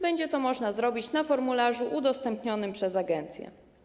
Będzie to można zrobić na formularzu udostępnionym przez agencję.